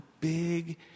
big